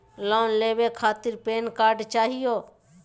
Loan लेवे खातीर pan card चाहियो?